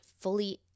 fully